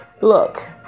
look